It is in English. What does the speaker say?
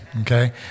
okay